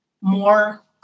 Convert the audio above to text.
more